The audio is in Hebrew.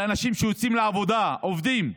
אלה אנשים שיוצאים לעבודה, עובדים,